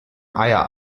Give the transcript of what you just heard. eier